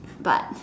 but